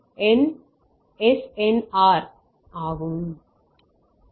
நேரம் பார்க்க 2924